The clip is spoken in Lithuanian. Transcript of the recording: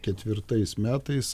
ketvirtais metais